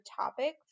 topic